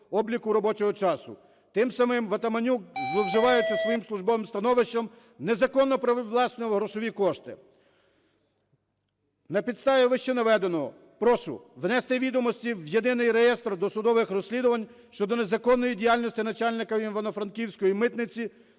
обліку робочого часу. Тим самим Ватаманюк, зловживаючи своїм службовим становищем, незаконно привласнював грошові кошти. На підставі вищенаведеного прошу внести відомості в Єдиний реєстр досудових розслідувань щодо незаконної діяльності начальника Івано-Франківської митниці